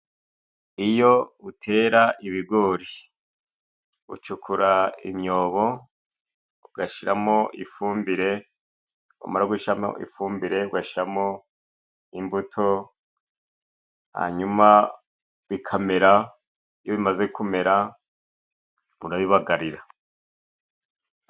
Iyo utera ibigori ucukura imyobo ugashyiramo ifumbire. Wamara gushiramo ifumbire, ugashyiramo imbuto. Hanyuma bikamera, iyo bimaze kumera urabibagarira.